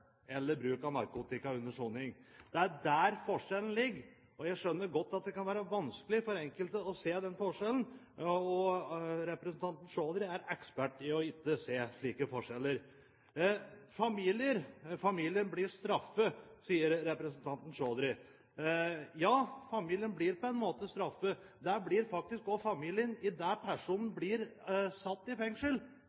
eller bruk av narkotika under soning. Det er der forskjellen ligger. Jeg skjønner godt at det kan være vanskelig for enkelte å se den forskjellen, og representanten Chaudhry er ekspert på ikke å se slike forskjeller. Familien blir straffet, sier representanten Chaudhry. Ja, familien blir på en måte straffet. Det blir faktisk også familien idet personen blir satt i